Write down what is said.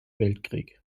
weltkrieg